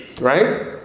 right